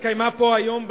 התקיימה פה היום,